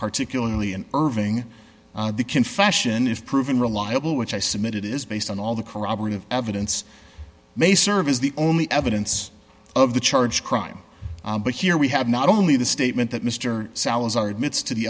particularly in irving the confession is proven reliable which i submit it is based on all the corroborative evidence may serve as the only evidence of the charge crime but here we have not only the statement that mr salazar admits to the